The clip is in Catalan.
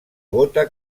gota